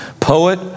Poet